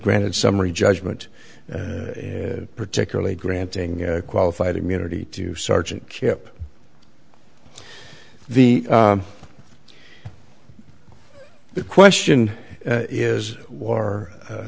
granted summary judgment particularly granting qualified immunity to sergeant kip the the question is war